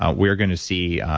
ah we're going to see